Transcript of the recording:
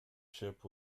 ship